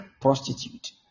prostitute